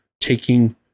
taking